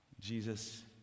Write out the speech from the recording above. Jesus